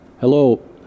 Hello